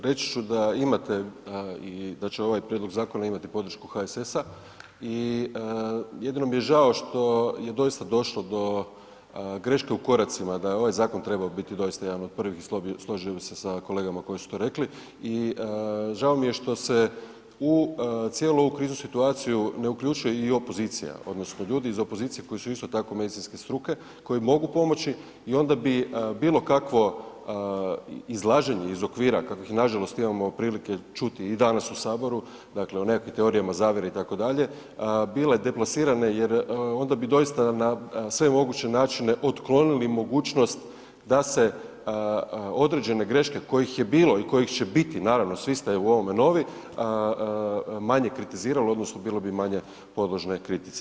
Reći ću da imate i da će ovaj prijedlog zakona imati podršku HSS-a i jedino mi je žao što je doista došlo do greške u koracima, da je ovaj zakon trebao biti doista jedan od prvih, složio bih se sa kolegama koji su to rekli i žao mi je što se u cijelu ovu kriznu situaciju ne uključuje i opozicija, odnosno ljudi iz opozicije koji su, isto tako, medicinske struke koji mogu pomoći i onda bi bilo kakvo izlaženje iz okvira, kakvih nažalost imamo prilike čuti i danas u Saboru, dakle o nekakvim teorijama zavjere, itd., bile deplasirane jer onda bi doista na sve moguće načine otklonili mogućnost da se određene greške kojih je bilo i kojih će biti, naravno, svi ste u ovome novi, manje kritiziralo, odnosno bile bi manje podložne kritici.